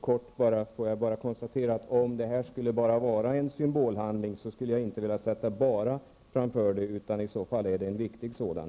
Herr talman! Får jag bara helt kort konstatera att om det här bara skulle vara en symbolhandling skulle jag inte vilja sätta ''bara'' framför det -- i så fall är det en viktig sådan.